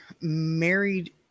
married